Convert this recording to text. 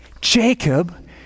Jacob